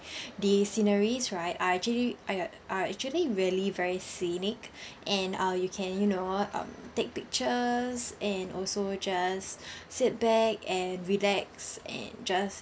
the sceneries right are actually are actually really very scenic and err you can you know um take pictures and also just sit back and relax and just